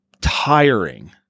tiring